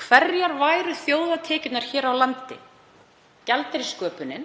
Hverjar væru þjóðartekjurnar hér á landi, gjaldeyrissköpunin,